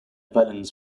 valens